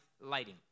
lighting